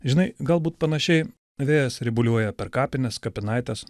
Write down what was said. žinai galbūt panašiai vėjas ribuliuoja per kapines kapinaites